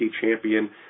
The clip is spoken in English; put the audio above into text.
champion